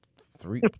three